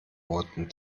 wurden